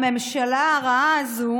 הממשלה הרעה הזו